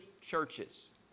churches